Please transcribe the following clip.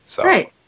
Great